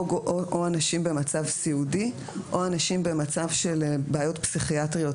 או אנשים במצב סיעודי או אנשים במצב של בעיות פסיכיאטריות